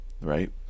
right